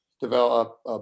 develop